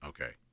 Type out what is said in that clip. Okay